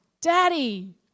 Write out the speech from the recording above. daddy